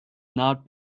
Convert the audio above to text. not